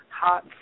hot